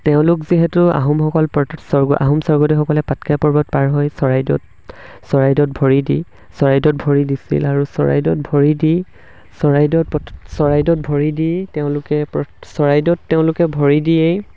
তেওঁলোক যিহেতু আহোমসকল স্বৰ্গ আহোম স্বৰ্গদেউসকলে পাটকাই পৰ্বত পাৰ হৈ চৰাইদেউত চৰাইদেউত ভৰি দি চৰাইদেউত ভৰি দিছিল আৰু চৰাইদউত ভৰি দি চৰাইদেউত প্ৰথম চৰাইদেউত ভৰি দি তেওঁলোকে চৰাইদেউত তেওঁলোকে ভৰি দিয়েই